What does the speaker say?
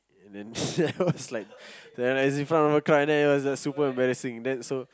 then that was like then it's in front of a crowd and then it was super embarrassing then so